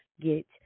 get